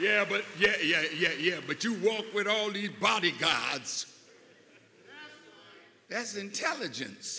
yeah but yeah yeah yeah yeah but you walk with all the body gods that's intelligence